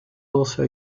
also